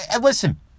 listen